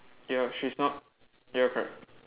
ya she's not ya correct